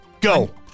Go